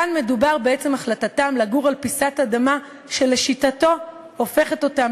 כאן מדובר בעצם החלטתם לגור על פיסת אדמה שלשיטתו הופכת אותם